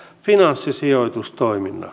finanssisijoitustoiminnaksi